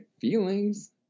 feelings